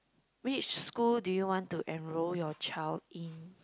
which school do you want to enroll your child in